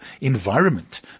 environment